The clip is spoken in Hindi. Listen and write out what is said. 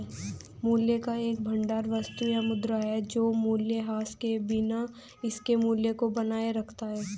मूल्य का एक भंडार वस्तु या मुद्रा है जो मूल्यह्रास के बिना इसके मूल्य को बनाए रखता है